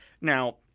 Now